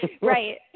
Right